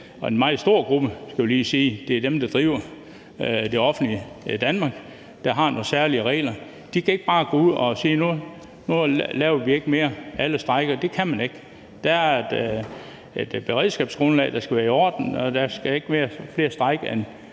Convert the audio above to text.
vi lige sige. Det er dem, der driver det offentlige Danmark, og som har nogle særlige regler. De kan ikke bare gå ud at sige, at nu laver vi ikke mere; alle strejker. Det kan man ikke. Der er et beredskabsgrundlag, der skal være i orden, og der skal ikke være flere strejkende,